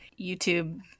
YouTube